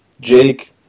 Jake